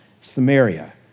Samaria